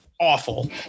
awful